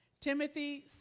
Timothy